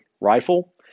rifle